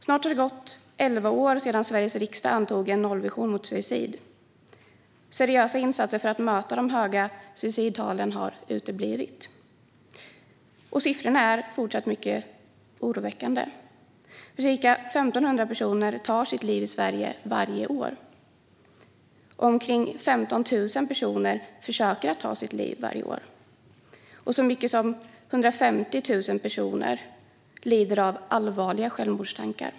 Snart har det gått elva år sedan Sveriges riksdag antog en nollvision mot suicid, men seriösa insatser för att möta de höga suicidtalen har uteblivit. Siffrorna fortsätter att vara mycket oroväckande. I Sverige tar ca 1 500 personer tar sitt liv varje år. Omkring 15 000 personer försöker att ta sitt liv varje år, och så många som 150 000 personer lider av allvarliga självmordstankar.